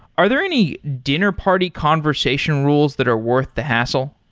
are there any dinner party conversation rules that are worth the hassle?